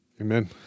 Amen